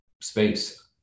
space